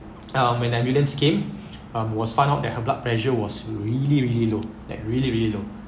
um when ambulance came um was found out that her blood pressure was really really low like really really low